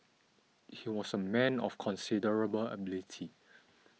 he was a man of considerable ability